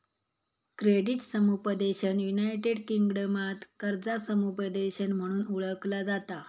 credit समुपदेशन united किंगडमात कर्जा समुपदेशन म्हणून ओळखला जाता